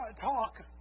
talk